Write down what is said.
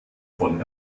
von